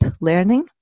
learning